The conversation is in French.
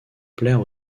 plaire